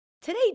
Today